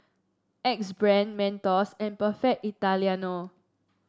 Axe Brand Mentos and Perfect Italiano